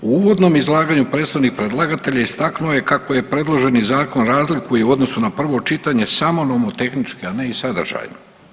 U uvodnom izlaganju predstavnik predlagatelja istaknuo je kako je predloženi zakon razlikuje u odnosu na prvo čitanje samo nomotehnički, a ne i sadržajno.